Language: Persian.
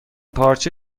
پارچه